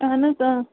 اَہَن حظ آ